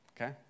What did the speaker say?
okay